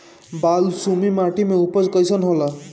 बालसुमी माटी मे उपज कईसन होला?